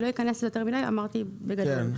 לא אכנס יותר מדי, אמרתי בגדול.